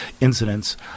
incidents